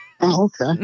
okay